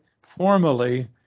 formally